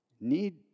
need